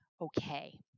okay